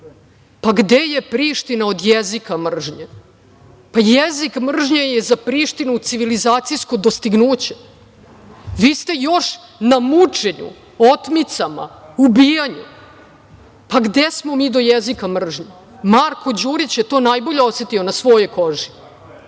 pa, gde je Priština od jezika mržnje. Pa, jezik mržnje je za Prištinu civilizacijsko dostignuće. Vi ste još na mučenju, otmicama, ubijanju, pa, gde smo mi do jezika mržnje. Marko Đurić je to najbolje osetio na svojoj koži.